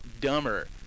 dumber